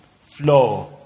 flow